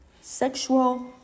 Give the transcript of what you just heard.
Sexual